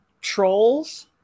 trolls